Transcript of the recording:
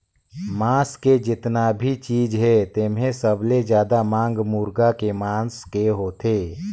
मांस के जेतना भी चीज हे तेम्हे सबले जादा मांग मुरगा के मांस के होथे